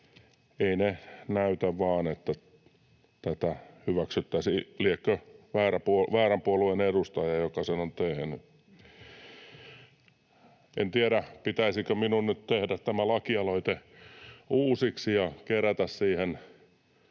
vain näytä siltä, että tätä hyväksyttäisiin. Liekö väärän puolueen edustaja, joka sen on tehnyt. En tiedä, pitäisikö minun nyt tehdä tämä lakialoite uusiksi ja kerätä siihen